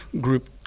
group